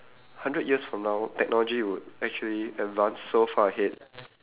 hundred years from now technology would actually advance so far ahead